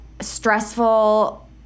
stressful